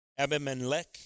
Abimelech